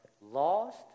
lost